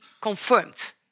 confirmed